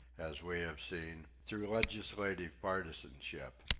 as we have seen, through legislative partisanship.